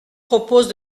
propose